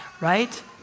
right